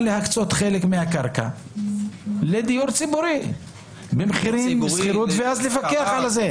להקצות חלק מהקרקע לדיור ציבורי במחירים לשכירות ואז לפקח על זה.